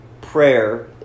prayer